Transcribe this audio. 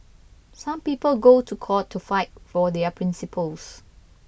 some people go to court to fight for their principles